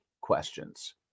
questions